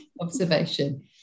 observation